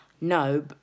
No